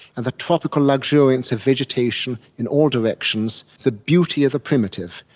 and the tropical luxuriance of vegetation in all directions, the beauty of the primitive,